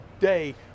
day